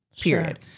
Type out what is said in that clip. period